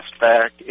back